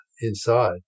inside